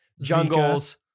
jungles